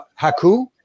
Haku